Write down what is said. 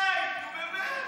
די, נו, באמת,